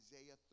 Isaiah